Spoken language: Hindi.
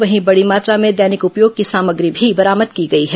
वहीं बड़ी मात्रा में दैनिक उपयोग की सामग्री भी बरामद की गई है